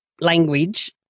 language